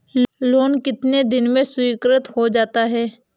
Loan कितने दिन में स्वीकृत हो जाता है?